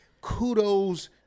kudos